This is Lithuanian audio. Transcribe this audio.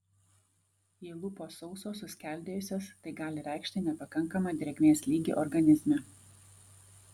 jei lūpos sausos suskeldėjusios tai gali reikšti nepakankamą drėgmės lygį organizme